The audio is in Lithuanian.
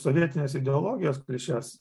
sovietinės ideologijos klišes